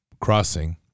crossing